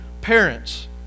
parents